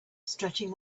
stretching